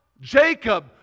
Jacob